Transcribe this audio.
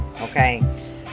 Okay